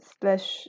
slash